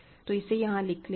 तो इसे यहां लिख लेते हैं